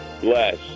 bless